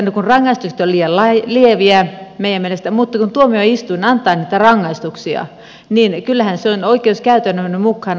rangaistukset ovat liian lieviä meidän mielestämme mutta kun tuomioistuin antaa niitä rangaistuksia niin kyllähän sen on oikeuskäytännön mukaan annettava ne rangaistukset